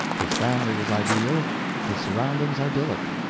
his family was ideal his surroundings idyllic.